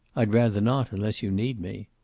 i'd rather not, unless you need me.